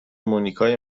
مونیکای